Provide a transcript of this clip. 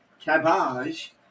cabbage